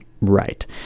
Right